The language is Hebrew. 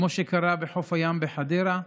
כמו שקרה בחוף הים בחדרה,